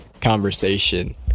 conversation